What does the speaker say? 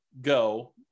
go